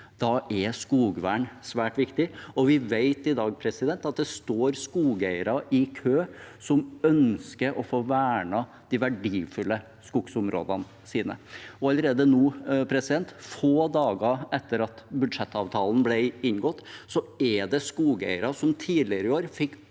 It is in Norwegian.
Da er skogvern svært viktig. Vi vet i dag at det står skogeiere i kø som ønsker å få vernet de verdifulle skogsområdene sine. Allerede nå, få dager etter at budsjettavtalen ble inngått, er det skogeiere som tidligere i år fikk